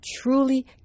truly